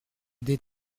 des